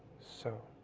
so